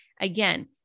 again